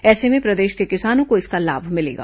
ऐसे में प्रदेश के किसानों को इसका लाभ मिलेगा